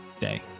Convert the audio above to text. day